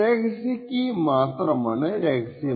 രഹസ്യ കീ മാത്രമാണ് രഹസ്യമായത്